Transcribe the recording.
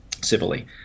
civilly